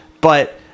But-